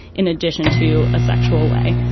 in addition to a sexual way.